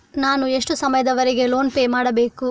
ನಾನು ಎಷ್ಟು ಸಮಯದವರೆಗೆ ಲೋನ್ ಪೇ ಮಾಡಬೇಕು?